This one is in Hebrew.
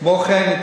כמו כן,